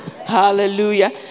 Hallelujah